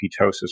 ketosis